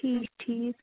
ٹھیٖک ٹھیٖک